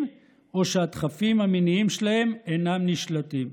או שהדחפים המיניים שלהם אינם נשלטים".